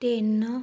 ਤਿੰਨ